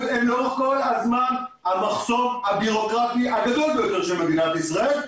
הם לאורך כל הזמן המחסום הבירוקרטי הגדול ביותר של מדינת ישראל,